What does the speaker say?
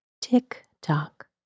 Tick-tock